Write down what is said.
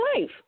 life